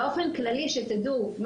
באופן כללי שתדעו,